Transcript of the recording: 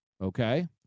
Okay